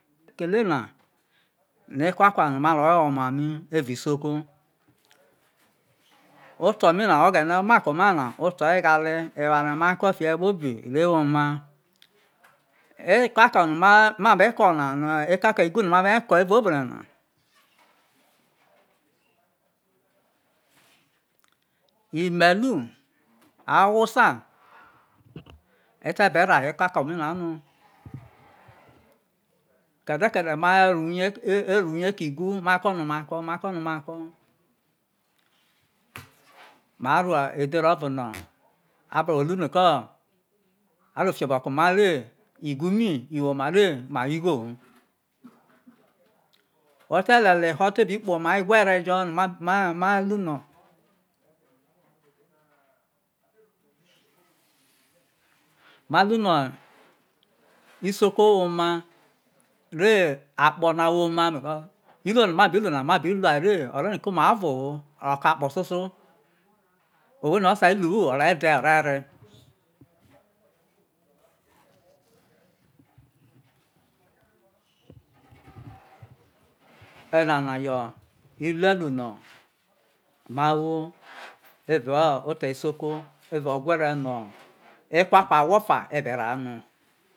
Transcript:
Kele na no ekwakwa no̠ ma ro yo̠ oma mi erao isoko. Oto mi na oghe̠ne̠ ma ko mai na oto̠ egh ale e ware no̠ ma ko fiye̠ kpobi ire woma, eka ko̠ no̠ ma be ko̠ no ekako̠ igu na no̠ ma be ko na ime̠lu hausa o̠te̠ beraha ekako̠ mi na no ke̠de̠ ke̠de̠ ma re rue uye ko igu, mako̠no makono mako ma rue̠ edhere ovo̠ no̠ a be ro lu no avo fi obo̠ho̠ ko omai re igu mi nu iwo mma re ma wo igho ho ote le̠lie̠ owo otebe kpe omai egwere jo ma lu no ma lu no̠ isokowoma re akpo̠ na woma re iruo no ma be lu na ma be lua re oroni ko mai o̠vo ho ro ke akpo so̠so ousho no o̠ ta, lu hu ore de̠ o̠re̠ re oyena na na ihue lu no ma wo evao oto isoko evao ogwe̠re̠ no ekwakwa awho fa a be ra ha no.